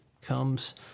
comes